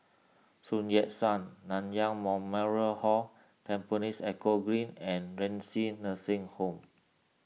Sun Yat Sen Nanyang Memorial Hall Tampines Eco Green and Renci Nursing Home